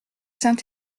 saint